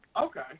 Okay